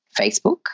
Facebook